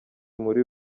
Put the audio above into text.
muri